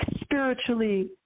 spiritually